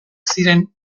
ziren